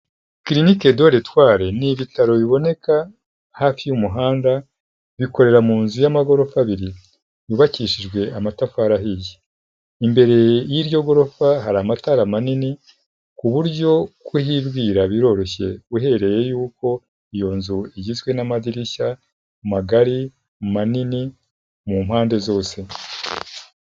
Kirinikedoretwari ni ibitaro biboneka hafi y'umuhanda bikorera mu nzu y'amagorofa abiri yubakishijwe amatafari ahiye, imbere y'iryo gorofa hari amatara manini ku buryo kuhibwira biroroshye uhereye yuko iyo nzu igizwe n'amadirishya magari, manini mu mpande zose.